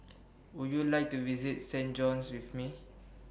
Would YOU like to visit Saint John's with Me